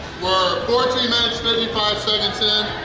we're fourteen minutes fifty five seconds in.